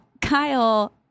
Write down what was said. Kyle